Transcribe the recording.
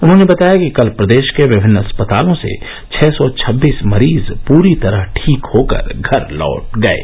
उन्होंने बताया कि कल प्रदेश के विभिन्न अस्पतालों से छः सौ छब्बीस मरीज पूरी तरह ठीक होकर घर लौट गये